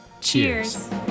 Cheers